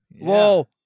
Whoa